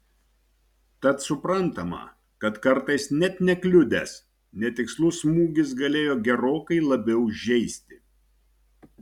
tad suprantama kad kartais net nekliudęs netikslus smūgis galėjo gerokai labiau žeisti